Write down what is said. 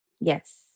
Yes